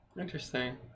interesting